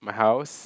my house